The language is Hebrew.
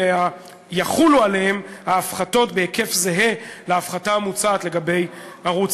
יחולו עליה ההפחתות בהיקף זהה להפחתה המוצעת לגבי ערוץ